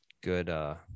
Good